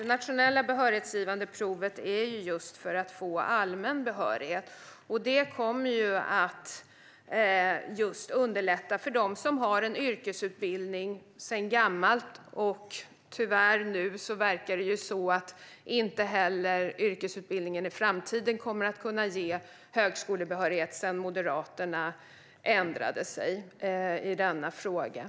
Det nationella behörighetsgivande provet är just till för att få allmän behörighet. Det kommer att underlätta för dem som har en yrkesutbildning sedan gammalt. Nu verkar det tyvärr så att inte heller yrkesutbildningen i framtiden kommer att kunna ge högskolebehörighet sedan Moderaterna ändrade sig i frågan.